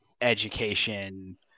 education